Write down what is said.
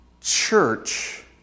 church